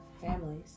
families